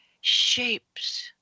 shapes